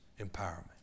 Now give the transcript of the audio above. empowerment